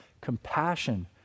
compassion